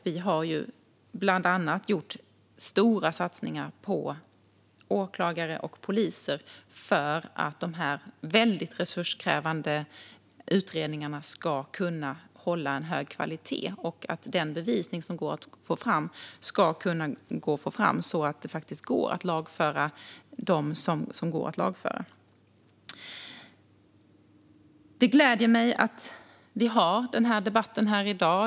Vi har ju bland annat gjort stora satsningar på åklagare och poliser för att de här väldigt resurskrävande utredningarna ska kunna hålla hög kvalitet och för att man ska kunna få fram den bevisning som går att få fram så att man kan lagföra dem som går att lagföra. Det gläder mig att vi har den här debatten här i dag.